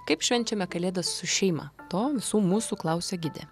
kaip švenčiame kalėdas su šeima to visų mūsų klausia gidė